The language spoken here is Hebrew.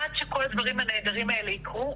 עד שכל הדברים הנהדרים האלה יקרו,